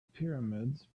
pyramids